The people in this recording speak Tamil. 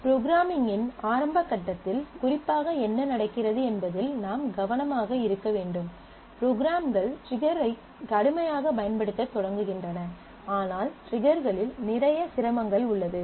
ப்ரோக்ராம்மிங்கின் ஆரம்ப கட்டத்தில் குறிப்பாக என்ன நடக்கிறது என்பதில் நாம் கவனமாக இருக்க வேண்டும் ப்ரோக்ராம்கள் ட்ரிகர்களைக் கடுமையாகப் பயன்படுத்தத் தொடங்குகின்றன ஆனால் ட்ரிகர்களில் நிறைய சிரமங்கள் உள்ளது